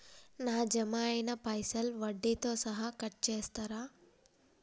నా జమ అయినా పైసల్ వడ్డీతో సహా కట్ చేస్తరా?